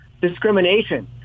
discrimination